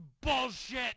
bullshit